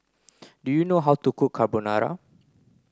do you know how to cook Carbonara